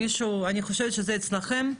אני חושבת שזה אצלכם.